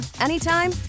anytime